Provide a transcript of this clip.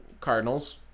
Cardinals